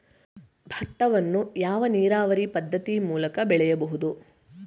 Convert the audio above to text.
ಭತ್ತವನ್ನು ಯಾವ ನೀರಾವರಿ ಪದ್ಧತಿ ಮೂಲಕ ಬೆಳೆಯಬಹುದು?